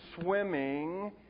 swimming